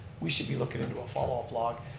we should be looking into a followup log,